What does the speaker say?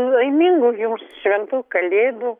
laimingų jums šventų kalėdų